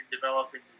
developing